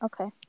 okay